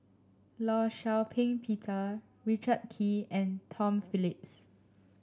Law Shau Ping Peter Richard Kee and Tom Phillips